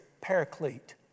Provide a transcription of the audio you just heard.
paraclete